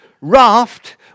raft